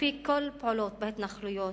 תקפיא כל פעולה בהתנחלויות,